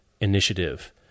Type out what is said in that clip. initiative